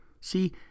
See